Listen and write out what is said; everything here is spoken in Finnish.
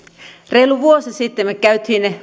reilu vuosi sitten me kävimme